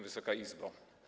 Wysoka Izbo!